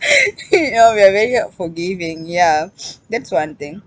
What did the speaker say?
you know we are very forgiving ya that's one thing